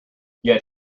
yet